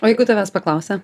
o jeigu tavęs paklausia